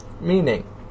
meaning